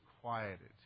quieted